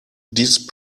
these